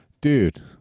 dude